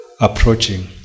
approaching